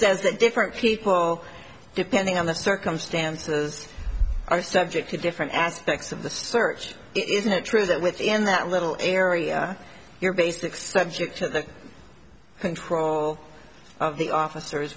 says that different people depending on the circumstances are subject to different aspects of the search isn't it true that within that little area your basic subject of the control of the officers